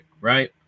right